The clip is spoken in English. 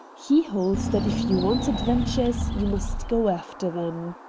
he holds that if you want adventures you must go after them.